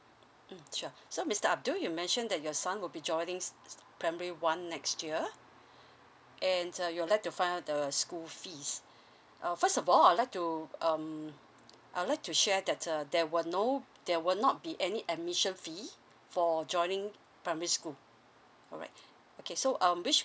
mm sure so mister abdul you mentioned that your son will be joining s~ s~ primary one next year and uh you would like to find out the school fees uh first of all I would like to um I would like to share that uh there were no there will not be any admission fee for joining primary school alright okay so um which